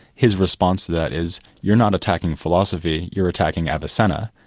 his response to that is, you're not attacking philosophy, you're attacking avicenna.